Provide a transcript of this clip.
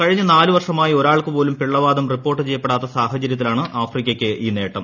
കഴിഞ്ഞ നാല് വർഷമായി ഒരാൾക്കു പോലും പിള്ളവാതം റിപ്പോർട്ട് ചെയ്യപ്പെടാത്ത സാഹചരൃത്തിലാണ് ആഫ്രിക്കയ്ക്ക് ഈ നേട്ടം